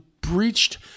breached